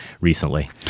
recently